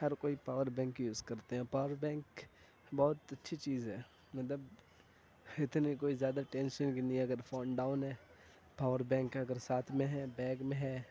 ہر کوئی power bank use کرتے ہیں باور بینک بہت اچھی چیز ہے مطلب اتنی کوئی زیادہ ٹینشن بھی نہیں ہے اگر فون ڈاؤن ہے پاور بینک اگر ساتھ میں ہے بیگ میں ہے